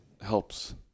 helps